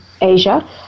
Asia